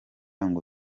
ngo